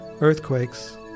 Earthquakes